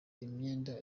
imyenda